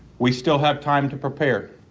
we still have time to prepare.